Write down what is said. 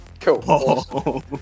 Cool